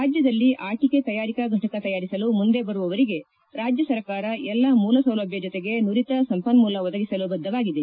ರಾಜ್ಯದಲ್ಲಿ ಆಟಕೆ ತಯಾರಿಕಾ ಘಟಕ ತಯಾರಿಸಲು ಮುಂದೆ ಬರುವವರಿಗೆ ರಾಜ್ಯ ಸರ್ಕಾರ ಎಲ್ಲ ಮೂಲಸೌಲಭ್ಞ ಜೊತೆಗೆ ನುರಿತ ಸಂಪನ್ನೂಲ ಒದಗಿಸಲು ಬದ್ದವಾಗಿದೆ